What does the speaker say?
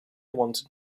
wanted